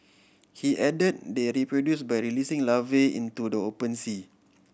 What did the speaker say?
he add they reproduce by releasing larvae into the open sea